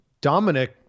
Dominic